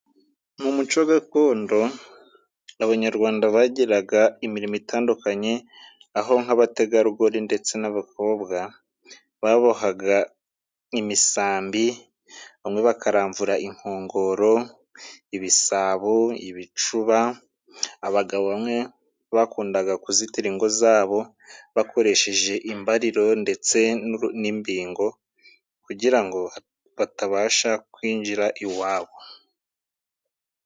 Mu muco gakondo, abanyarwanda bagiraga imirimo itandukanye, aho nk'abategarugori ndetse n'abakobwa babohaga imisambi, bamwe bakaramvura inkongoro, ibisabo, ibicuba, abagabo bamwe bakundaga kuzitira ingo za bo bakoresheje imbariro ndetse n'imbingo, kugira ngo batabasha kwinjira iwabo.